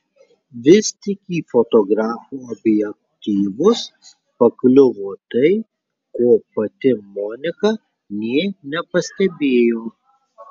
vis tik į fotografų objektyvus pakliuvo tai ko pati monika nė nepastebėjo